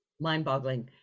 Mind-boggling